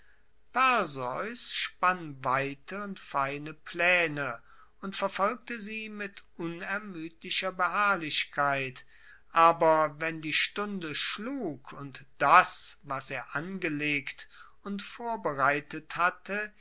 perseus spann weite und feine plaene und verfolgte sie mit unermuedlicher beharrlichkeit aber wenn die stunde schlug und das was er angelegt und vorbereitet hatte